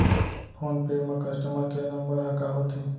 Phone पे म customer care number ह का होथे?